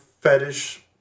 fetish